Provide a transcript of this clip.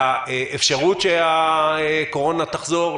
לאפשרות שהקורונה תחזור,